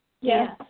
Yes